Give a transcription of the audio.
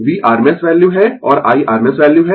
v rms value है और I rms value है